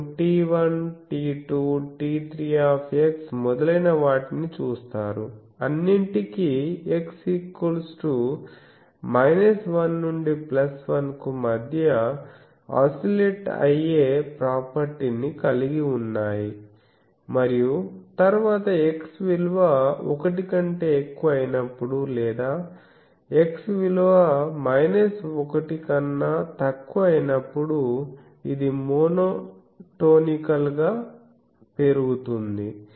మీరు T1 T2 T3 మొదలైనవాటిని చూస్తారు అన్నింటికీ x మైనస్ 1 నుండి ప్లస్ 1 కు మధ్య ఆసిలేట్ అయ్యే ప్రాపర్టీ ని కలిగిఉన్నాయి మరియు తరువాత x విలువ 1కంటే ఎక్కువ అయినప్పుడు లేదా x విలువ 1 కన్నా తక్కువ అయినప్పుడు ఇది మోనోటోనికల్ గా పెరుగుతుంది